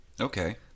Okay